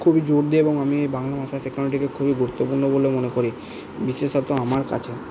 খুবই জোর দিই এবং আমি বাংলা ভাঁষা শেখানোটিকে খুবই গুরুত্বপূর্ণ বলে মনে করি বিশেষত আমার কাছে